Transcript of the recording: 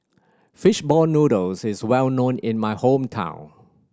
fish ball noodles is well known in my hometown